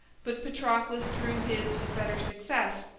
but patroclus threw his with better success.